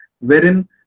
wherein